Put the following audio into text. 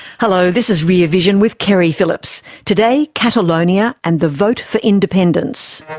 hello, this is rear vision with keri phillips. today, catalonia and the vote for independence.